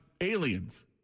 aliens